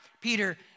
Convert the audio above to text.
Peter